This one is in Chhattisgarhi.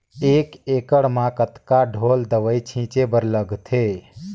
एक एकड़ म कतका ढोल दवई छीचे बर लगथे?